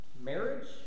marriage